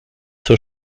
zur